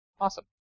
Awesome